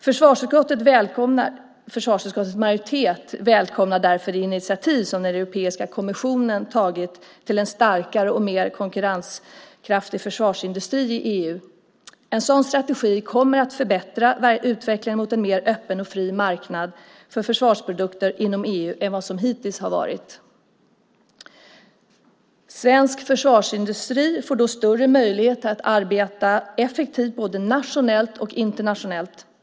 Försvarsutskottets majoritet välkomnar därför det initiativ som den europeiska kommissionen tagit till en starkare och mer konkurrenskraftig försvarsindustri i EU. En sådan strategi kommer att förbättra utvecklingen mot en mer öppen och fri marknad för försvarsprodukter inom EU än hittills. Svensk försvarsindustri får då större möjlighet att arbeta effektivt både nationellt och internationellt.